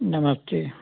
नमस्ते